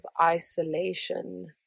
isolation